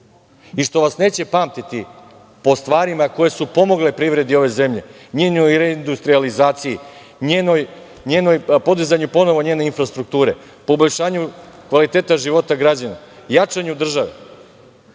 i što vas neće pamtiti po stvarima koje su pomogle privredi ove zemlje, njenoj reindustrijalizaciji, podizanju ponovo njene infrastrukture, poboljšanju kvaliteta života građana, jačanju države.